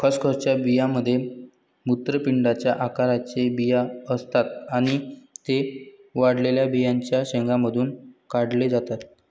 खसखसच्या बियांमध्ये मूत्रपिंडाच्या आकाराचे बिया असतात आणि ते वाळलेल्या बियांच्या शेंगांमधून काढले जातात